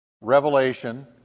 Revelation